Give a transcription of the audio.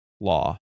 law